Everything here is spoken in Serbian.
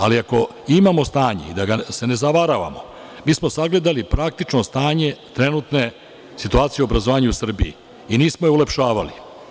Ali ako imamo stanje, da se ne zavaravamo, mi smo sagledali praktično stanje trenutne situacije u obrazovanju u Srbiji i nismo je ulepšavali.